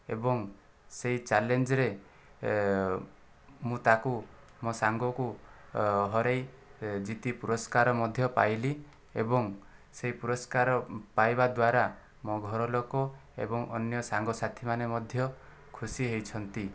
ଏବଂ ସେହି ଚ୍ୟାଲେଞ୍ଜରେ ମୁଁ ତାକୁ ମୋ ସାଙ୍ଗକୁ ହରେଇ ଜିତି ପୁରସ୍କାର ମଧ୍ୟ ପାଇଲି ଏବଂ ସେହି ପୁରଷ୍କାର ପାଇବା ଦ୍ୱାରା ମୋ ଘର ଲୋକ ଏବଂ ଅନ୍ୟ ସାଙ୍ଗସାଥିମାନେ ମଧ୍ୟ ଖୁସି ହୋଇଛନ୍ତି